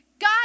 God